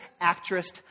actress